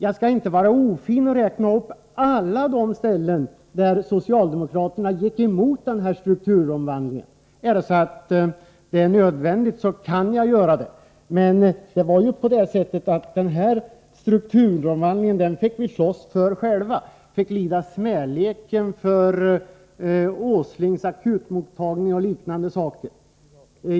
Jag skall inte vara ofin och räkna upp alla de tillfällen då socialdemokraterna gick emot den här strukturomvandlingen — men är det nödvändigt, så kan jag göra det — men det var så att vi fick slåss för den själva. Vi fick lida smälek för den och man talade om Åslings akutmottagning och liknande.